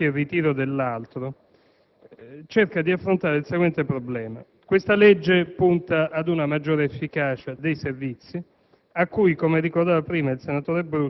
Presidente, sono un po' sorpreso della circostanza che, a fronte di una disponibilità a trattare la materia